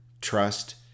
trust